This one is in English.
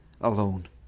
alone